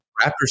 Raptors